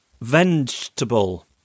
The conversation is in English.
vegetable